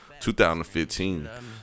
2015